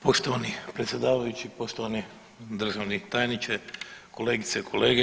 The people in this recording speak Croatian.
Poštovani predsjedavajući, poštovani državni tajniče, kolegice i kolege.